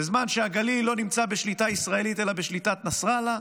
בזמן שהגליל לא נמצא בשליטה ישראלית אלא בשליטת נסראללה,